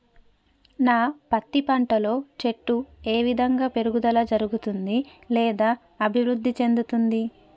నా పత్తి పంట లో చెట్టు ఏ విధంగా పెరుగుదల జరుగుతుంది లేదా అభివృద్ధి చెందుతుంది?